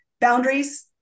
boundaries